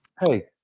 hey